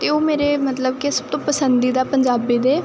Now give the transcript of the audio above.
ਅਤੇ ਉਹ ਮੇਰੇ ਮਤਲਬ ਕਿ ਸਭ ਤੋਂ ਪਸੰਦੀਦਾ ਪੰਜਾਬੀ ਦੇ